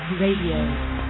Radio